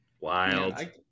Wild